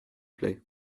plait